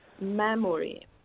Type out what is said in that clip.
memory